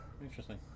Interesting